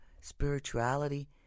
spirituality